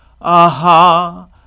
Aha